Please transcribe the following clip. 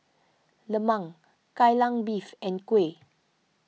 Lemang Kai Lan Beef and Kuih